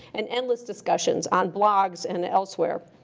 and endless discussions on blogs and elsewhere.